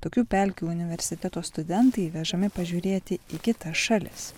tokių pelkių universiteto studentai vežami pažiūrėti į kitas šalis